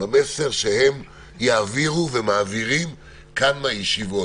במסר שהם יעבירו ומעבירים כאן מהישיבות.